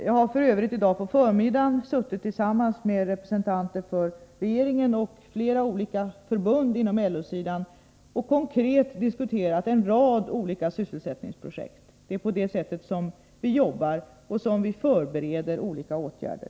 Jag har f.ö. i dag på förmiddagen suttit tillsammans med representanter för regeringen och flera olika förbund från LO-sidan och konkret diskuterat en rad olika sysselsättningsprojekt. Det är på det sättet som vi arbetar och som vi förbereder olika åtgärder.